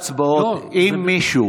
אם יש מישהו